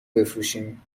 بفروشیم